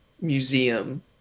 museum